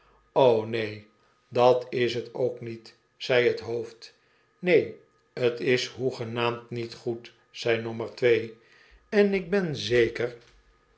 neen dat is t ook niet zei t hoofd neen t is hoegenaamd niet goed zei nommer twee en ik ben zeker